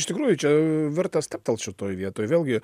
iš tikrųjų čia verta stabtelt šitoj vietoj vėlgi